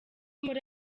muri